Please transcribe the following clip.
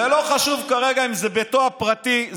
זה לא חשוב כרגע אם זה ביתו הפרטי.